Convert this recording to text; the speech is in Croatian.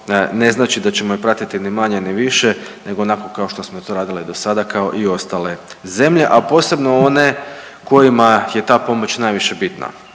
ne znači da ćemo je pratiti ni manje ni više nego onako kako što smo to radili i do sada kao i ostale zemlje a posebno one kojima je ta pomoć najviše bitna,